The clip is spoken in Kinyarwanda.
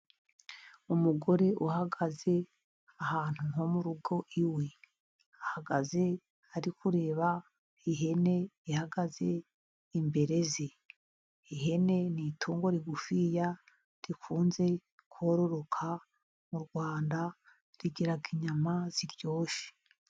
Umugore uhagaze ahantu nko mu rugo iwe. Ahagaze ari kureba ihene ihagaze imbere ye. Ihene ni itungo rigufiya rikunze kororoka mu Rwanda, rigira inyama ziryoshye.